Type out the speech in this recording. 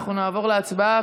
אנחנו נעבור להצבעה.